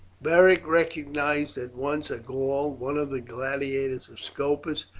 beric recognized at once a gaul, one of the gladiators of scopus,